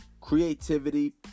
creativity